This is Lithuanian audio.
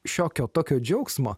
šiokio tokio džiaugsmo